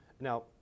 Now